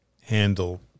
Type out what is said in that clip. handle